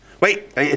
Wait